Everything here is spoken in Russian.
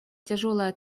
тяжелая